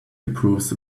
improves